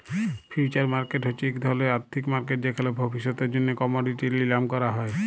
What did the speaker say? future market হছে ইক ধরলের আথ্থিক মার্কেট যেখালে ভবিষ্যতের জ্যনহে কমডিটি লিলাম ক্যরা হ্যয়